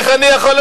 אל תצביע.